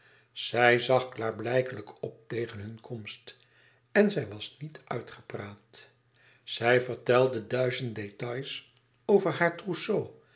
zij zag klaarblijkelijk op tegen hun komst en zij was niet uitgepraat zij vertelde duizend détails over haar